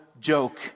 joke